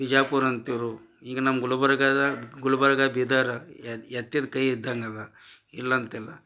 ಬಿಜಾಪುರ ಅಂತಿರು ಈಗ ನಮ್ಮ ಗುಲ್ಬರ್ಗದ ಗುಲ್ಬರ್ಗ ಬೀದರ್ ಎತ್ತಿದ ಕೈ ಇದ್ದಂಗೆ ಅದ ಇಲ್ಲಂತಿಲ್ಲ